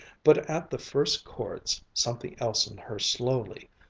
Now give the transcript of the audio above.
but at the first chords something else in her, slowly,